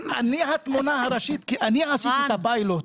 אני התמונה הראשית כי אני עשיתי את הפיילוט.